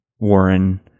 warren